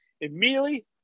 Immediately